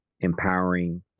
empowering